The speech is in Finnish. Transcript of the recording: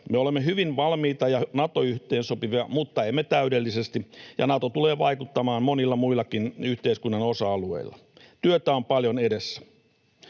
Me olemme hyvin valmiita ja Nato-yhteensopivia, mutta emme täydellisesti, ja Nato tulee vaikuttamaan monilla muillakin yhteiskunnan osa-alueilla. Työtä on paljon edessä.